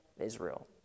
Israel